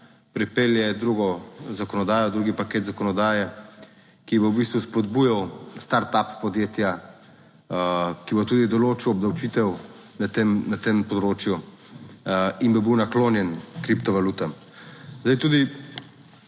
pripelje drugo zakonodajo, drugi paket zakonodaje, ki bo v bistvu spodbujal Startup podjetja, ki bo tudi določil obdavčitev na tem, na tem področju. In bi bil naklonjen kripto valutam. Zdaj tudi